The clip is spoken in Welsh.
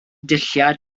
dulliau